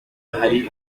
ahari